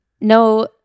no